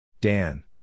Dan